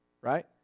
right